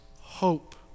hope